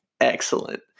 Excellent